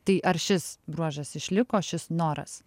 tai ar šis bruožas išliko šis noras